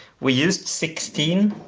we used sixteen,